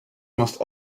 must